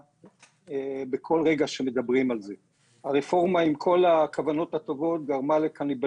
האם כדאי אולי לעבור אבחון לפוסט טראומה כי אין ספק שהמצב